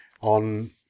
on